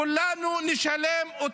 כולנו נשלם.